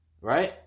right